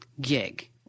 gig